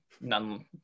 None